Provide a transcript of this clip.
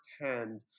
firsthand